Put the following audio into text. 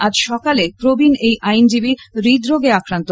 আজ সকালে প্রবীণ এই আইনজীবী হৃদরোগে আক্রান্ত হন